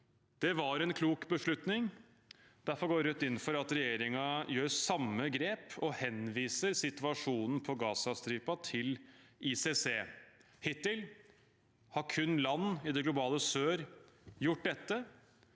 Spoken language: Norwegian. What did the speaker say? Det var en klok beslutning. Derfor går Rødt inn for at regjeringen tar samme grep og henviser situasjonen på Gazastripen til ICC. Hittil har kun land i det globale sør gjort dette.